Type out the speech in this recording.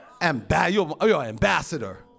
Ambassador